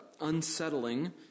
unsettling